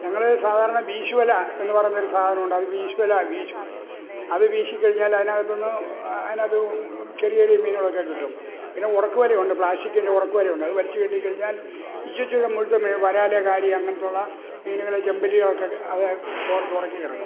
ഞങ്ങൾ ഈ സാധാരണ വീശുവല എന്നുപറയുന്നൊരു സാധനമുണ്ട് അത് വീശുവല വീശും അത് വീശിക്കഴിഞ്ഞാൽ അതിനകത്തുനിന്ന് അതിനകത്ത് ചെറിയൊരു മീനുകളൊക്കെ കിട്ടും പിന്നെ ഉടക്ക് വലയുണ്ട് പ്ലാസ്റ്റിക്കിന്റെ ഉടക്ക് വലയുണ്ട് അതുവലിച്ചു കെട്ടിക്കഴിഞ്ഞാല് മുഴുത്ത മീൻ വരാൽ കാരി അങ്ങനത്തെയുള്ള മീനുകൾ ചെമ്പല്ലികളൊക്കെ അത് തോര്ത്തുടക്കിക്കിടക്കും